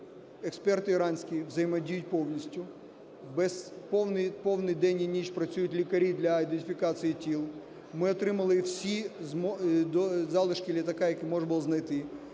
експерти іранські взаємодіють повністю, повний день і ніч працюють лікарі для ідентифікації тіл. Ми отримали всі залишки літака, які можна було знайти.